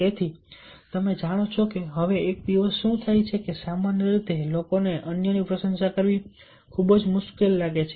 તેથી તમે જાણો છો કે હવે એક દિવસ શું થાય છે કે સામાન્ય રીતે લોકોને અન્યની પ્રશંસા કરવી ખૂબ મુશ્કેલ લાગે છે